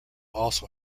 also